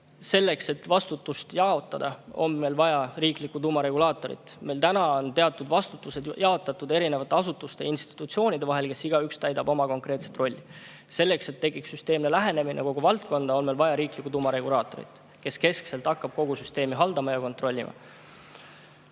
Selleks, et vastutust jaotada, on meil vaja riiklikku tuumaregulaatorit. Praegu on meil teatud vastutus[alad] jaotatud erinevate asutuste ja institutsioonide vahel, kellest igaüks täidab konkreetset rolli. Selleks, et tekiks süsteemne lähenemine kogu valdkonnale, on meil vaja riiklikku tuumaregulaatorit, kes hakkab keskselt kogu süsteemi haldama ja kontrollima.